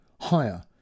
higher